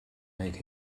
make